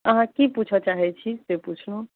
अहाँ की पूछऽ चाहै छी से पुछू